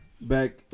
back